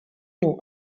nom